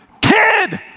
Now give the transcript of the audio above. kid